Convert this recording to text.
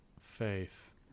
faith